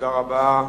תודה רבה.